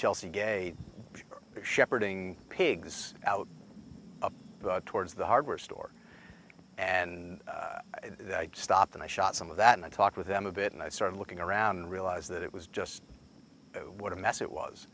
chelsea get a shepherding pigs out towards the hardware store and i stopped and i shot some of that and i talked with them a bit and i started looking around and realized that it was just what a mess it was